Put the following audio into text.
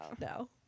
No